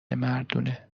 مردونه